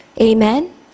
Amen